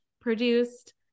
produced